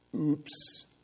Oops